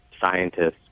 scientists